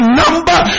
number